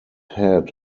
head